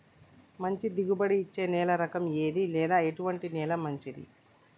మంచి దిగుబడి ఇచ్చే నేల రకం ఏది లేదా ఎటువంటి నేల మంచిది?